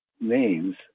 names